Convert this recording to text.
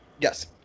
Yes